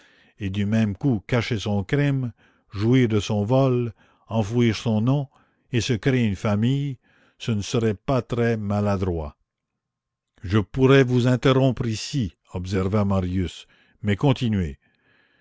et du même coup cacher son crime jouir de son vol enfouir son nom et se créer une famille ce ne serait pas très maladroit je pourrais vous interrompre ici observa marius mais continuez